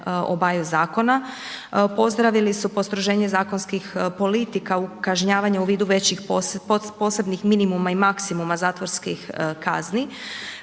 obaju zakona. Pozdravili su postroženje zakonskih politika u kažnjavanju u vidu većih posebnih minimuma i maksimuma zatvorskih kazni,